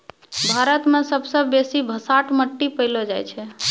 भारत मे सबसे बेसी भसाठ मट्टी पैलो जाय छै